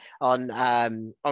on